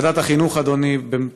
ועדת החינוך כאן,